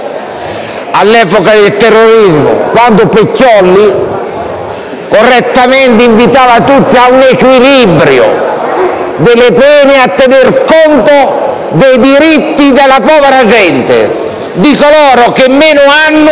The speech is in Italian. all'epoca del terrorismo, quando Pecchioli correttamente invitava tutti all'equilibrio delle pene e a tener conto dei diritti della povera gente, di coloro che meno hanno